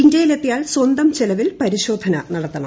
ഇന്ത്യയിൽ എത്തിയാൽ സ്വന്തം ചെലവിൽ പരിശോധന നടത്തണം